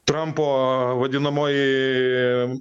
trampo vadinamojoj